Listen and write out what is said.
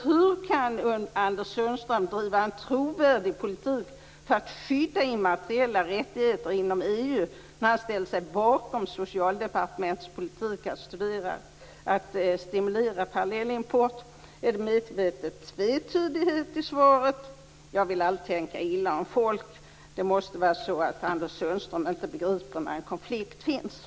Hur kan Anders Sundström driva en trovärdig politik för att skydda immateriella rättigheter inom EU när han ställer sig bakom Socialdepartementets politik att stimulera parallellimport? Är tvetydigheten i svaret medveten? Jag vill aldrig tänka illa om folk. Det måste vara så att Anders Sundström inte begriper att det finns en konflikt.